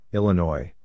Illinois